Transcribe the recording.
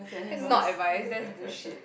that's not advice that's bullshit